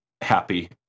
happy